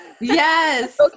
Yes